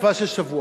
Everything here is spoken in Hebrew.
לתקופה של שבוע.